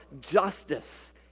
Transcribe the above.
justice